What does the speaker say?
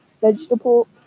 vegetable